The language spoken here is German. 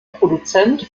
produzent